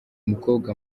umukobwa